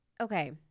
okay